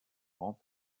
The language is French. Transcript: grand